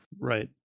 Right